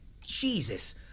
Jesus